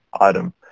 item